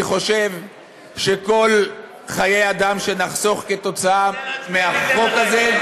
אני חושב שכל חיי אדם שנחסוך כתוצאה מהחוק הזה,